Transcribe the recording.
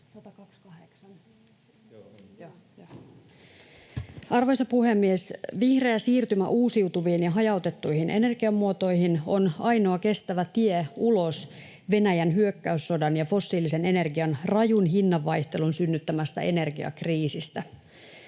Arvoisa puhemies! Vihreä siirtymä uusiutuviin ja hajautettuihin energiamuotoihin on ainoa kestävä tie ulos Venäjän hyökkäyssodan ja fossiilisen energian rajun hinnanvaihtelun synnyttämästä energiakriisistä.